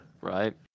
Right